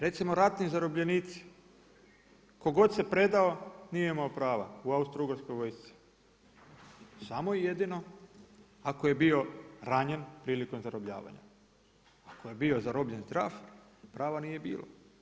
Recimo ratni zarobljenici, tko god se predao nije imao prava u Austro-ugarskoj vojsci, samo jedino ako je bio ranjen prilikom zarobljavanja, ako je bio zarobljen zdrav, prava nije bilo.